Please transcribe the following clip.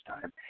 time